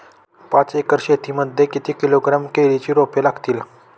पाच एकर शेती मध्ये किती किलोग्रॅम केळीची रोपे लागतील?